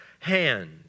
hand